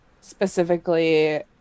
specifically